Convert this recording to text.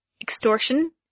Extortion